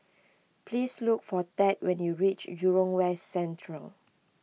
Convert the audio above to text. please look for Tad when you reach Jurong West Central